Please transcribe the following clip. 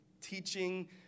teaching